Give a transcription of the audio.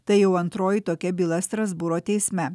tai jau antroji tokia byla strasbūro teisme